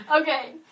Okay